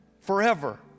forever